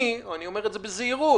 אני אומר את זה בזהירות